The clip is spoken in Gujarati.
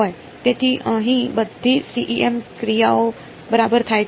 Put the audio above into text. તેથી અહીં બધી CEM ક્રિયાઓ બરાબર થાય છે